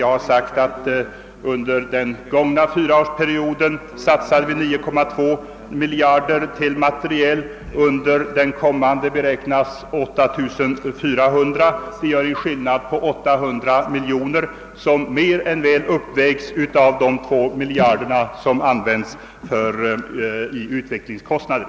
Jag har sagt att vi under den gångna fyraårsperioden satsade omkring 9,2 miljarder kronor på materiel, medan vi beräknar att under den kommande fyraårsperioden satsa c:a 8,4 miljarder kronor. Det gör en skillnad på 800 miljoner kronor, som mer än väl uppvägs av de 2 miljarder som användes i utvecklingskostnader.